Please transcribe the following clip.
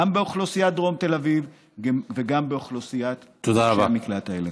גם באוכלוסיית דרום תל אביב וגם באוכלוסיית דורשי המקלט האלה.